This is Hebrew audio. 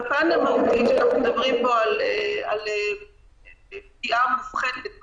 בפן המהותי כשאנחנו מדברים פה על פגיעה מופחתת באזרח.